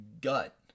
gut